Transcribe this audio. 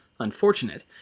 unfortunate